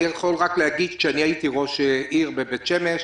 אני יכול להגיד שהייתי ראש עיר בבית שמש.